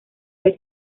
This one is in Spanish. del